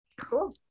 Cool